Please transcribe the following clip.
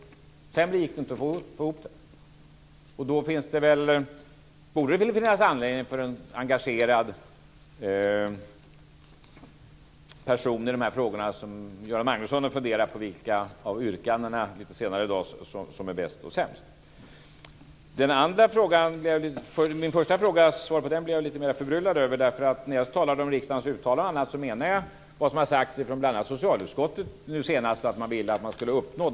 Sämre gick det inte att få ihop det. Då borde det finnas anledning för en så engagerad person i de här frågorna som Göran Magnusson att fundera över vilka av yrkandena lite senare i dag som är bäst och sämst. Svaret på min första fråga blev jag lite mer förbryllad över. När jag talade om riksdagens uttalande menade jag vad som har sagts från bl.a. socialutskottet nu senast om vad man vill att man ska uppnå.